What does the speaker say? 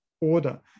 order